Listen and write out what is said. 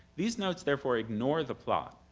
these notes therefore ignore the plot,